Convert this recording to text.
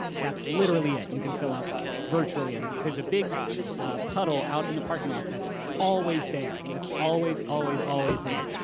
that's literally it. you can fill out virtually everything. there's a big puddle out in the parking lot that's always there. that's always, always, always there.